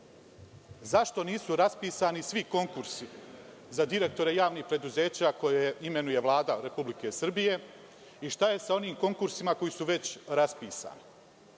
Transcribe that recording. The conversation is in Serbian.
Zašto nisu raspisani svi konkursi za direktore javnih preduzeća koje imenuje Vlada RS i šta je sa onim konkursima koji su već raspisani? Ministar